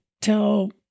tell